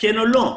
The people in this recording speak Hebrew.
כן או לא?